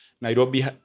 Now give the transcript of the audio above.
Nairobi